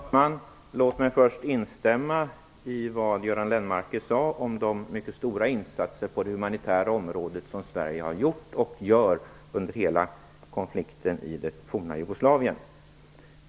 Herr talman! Låt mig först instämma i vad Göran Lennmarker sade om de mycket stora insatser på det humanitära området som Sverige har gjort och fortfarande gör under hela konflikten i det forna Jugoslavien.